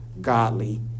godly